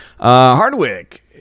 Hardwick